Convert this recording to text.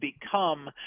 become